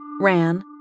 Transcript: ran